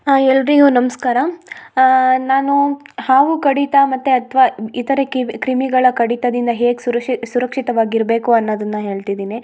ಎಲ್ಲ ನಮಸ್ಕಾರ ನಾನು ಹಾವು ಕಡಿತ ಮತ್ತು ಅಥ್ವ ಇತರೆ ಕ್ರಿಮಿಗಳ ಕಡಿತದಿಂದ ಹೇಗೆ ಸುರಶಿ ಸುರಕ್ಷಿತವಾಗಿ ಇರಬೇಕು ಅನ್ನೋದನ್ನ ಹೇಳ್ತಿದೀನಿ